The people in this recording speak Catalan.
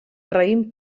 raïm